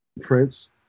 Prince